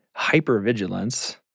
hypervigilance